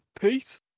Peace